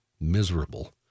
miserable